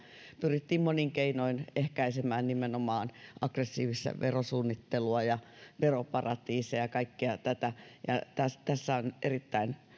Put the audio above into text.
pyrittiin monin keinoin ehkäisemään nimenomaan aggressiivista verosuunnittelua ja veroparatiiseja ja kaikkea tätä ja tässä on erittäin